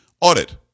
audit